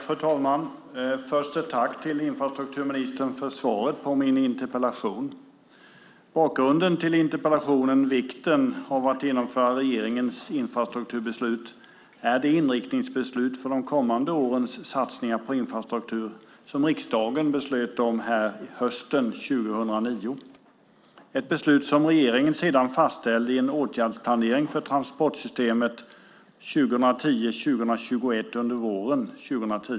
Fru talman! Först ett tack till infrastrukturministern för svaret på min interpellation. Bakgrunden till interpellationen Vikten av att genomföra regeringens infrastrukturbeslut är det inriktningsbeslut om de kommande årens satsningar på infrastruktur som riksdagen fattade hösten 2009. Det är ett beslut som regeringen sedan fastställde i Åtgärdsplanering för transportsystemet 2010-2021 under våren 2010.